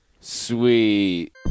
Sweet